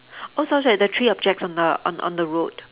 oh sorry sorry the three objects on the on on the road